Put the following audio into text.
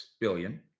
billion